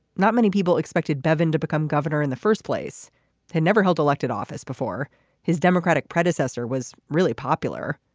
not many people expected bevin to become governor in the first place had never held elected office before his democratic predecessor was really popular.